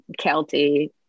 Kelty